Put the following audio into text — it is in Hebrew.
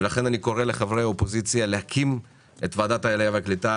לכן אני קורא לחברי האופוזיציה להקים את ועדת העלייה והקליטה,